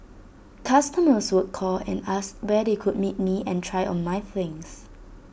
customers would call and ask where they could meet me and try on my things